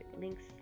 Links